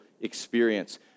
experience